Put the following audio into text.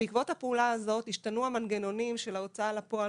בעקבות הפעולה הזאת השתנו המנגנונים של ההוצאה לפועל